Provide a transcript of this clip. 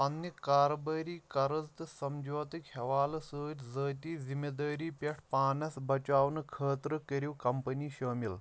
پننہِ کارٕبٲری قَرٕض تہٕ سَمجوتٕکۍ حوالہٕ سۭتۍ ذٲتی ذمہٕ دٲری پٮ۪ٹھ پانَس بَچاونہٕ خٲطرٕ کٔرِو کمپنی شٲمِل